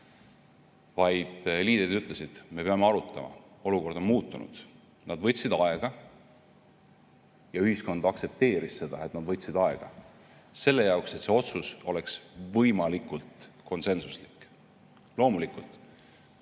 vaid liidrid ütlesid: me peame arutama, olukord on muutunud. Nad võtsid aega. Ja ühiskond aktsepteeris seda, et nad võtsid aega selle jaoks, et see otsus oleks võimalikult konsensuslik. Loomulikult,